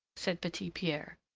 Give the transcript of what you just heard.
said petit-pierre.